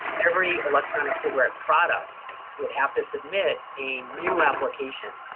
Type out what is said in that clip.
every electronic cigarette product will have to submit a new application.